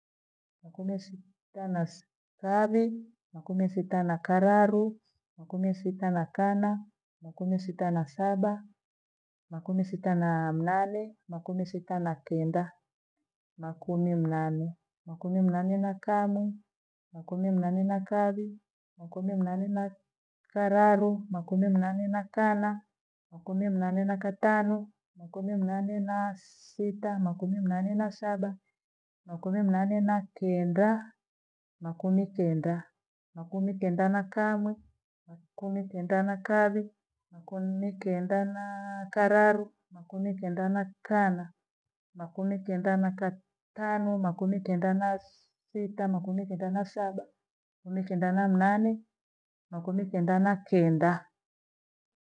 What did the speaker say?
Makumi- sita- na- sikawi. Makumi sita na kararu. Makumi sita na kana. Makumi sita na saba. Makumi sita naa mnane. Makumi sita na kenda. Makumi mnane Makumi mnane na kamwi. Makumi mnane na kavi. Makumi mnane na kararu. Makumi mnane na kana. Makumi mnane na katano. Makumi mnane nakatanu. Makumi mnane naa sita. Makumi mnane na saba. Makumi mnane na kenda. Makumikenda Makundikenda na kamwi. Makumikenda na kavi. Makumikenda na kararu. Makumikenda na kana. Makumi kenda na ka- tano. Makumi kenda na si- sita. Makumi kenda na saba. Makumi kenda na mnane. Makumi kenda na kenda